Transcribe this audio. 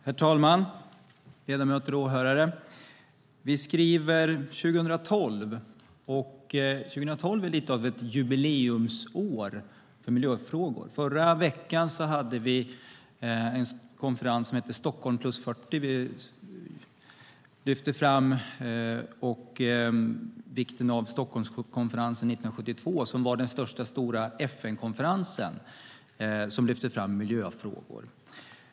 Herr talman! Ledamöter och åhörare! Vi skriver 2012, och 2012 är lite av ett jubileumsår för miljöfrågor. Förra veckan hade vi en konferens som hette Stockholm + 40. Vi lyfte fram vikten av Stockholmskonferensen 1972 som var den första stora FN-konferensen där miljöfrågor lyftes fram.